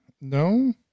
No